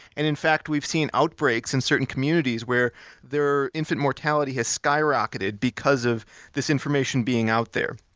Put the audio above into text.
and in fact, we've seen outbreaks in certain communities where their infant mortality has skyrocketed because of this information being out there.